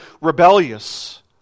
rebellious